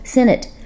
Senate